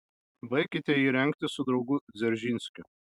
baikite jį rengti su draugu dzeržinskiu